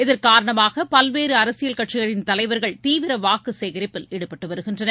இதன் காரணமாக பல்வேறு அரசியல் கட்சிகளின் தலைவர்கள் தீவிர வாக்குச்சேகரிப்பில் ஈடுபட்டு வருகின்றனர்